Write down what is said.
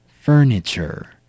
Furniture